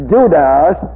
Judas